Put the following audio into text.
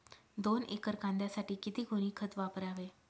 दोन एकर कांद्यासाठी किती गोणी खत वापरावे?